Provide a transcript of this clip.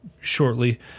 shortly